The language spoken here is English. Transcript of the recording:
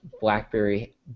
BlackBerry